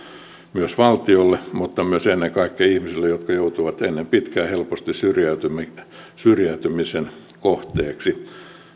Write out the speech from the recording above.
myös valtiolle mutta myös ennen kaikkea ihmisille jotka joutuvat ennen pitkää helposti syrjäytymisen kohteeksi